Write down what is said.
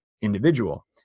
individual